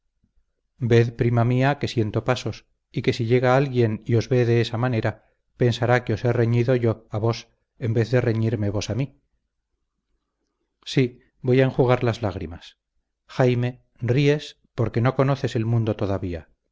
ved prima mía que siento pasos y que si llega alguien y os ve de esa manera pensará que os he reñido yo a vos en vez de reñirme vos a mí sí voy a enjugar las lágrimas jaime ríes porque no conoces el mundo todavía